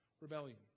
rebellion